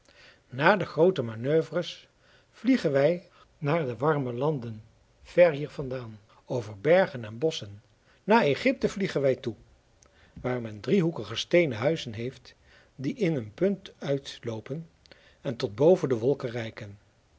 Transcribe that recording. na de groote manoeuvres vliegen wij naar de warme landen ver hier vandaan over bergen en bosschen naar egypte vliegen wij toe waar men driehoekige steenen huizen heeft die in een punt uitloopen en tot boven de wolken reiken